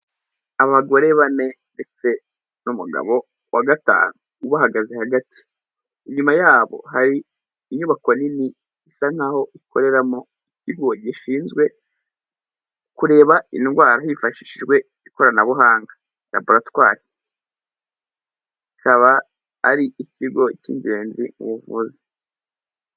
Abagore bane ndetse n'umugabo wa gatanu ubahagaze hagati, inyuma y'abo hari inyubako nini isa nk'aho ikoreramo ikigo gishinzwe kureba indwara hifashishijwe ikoranabuhanga, laboratoire, kikaba ari ikigo cy'ingenzi mu buvuzi.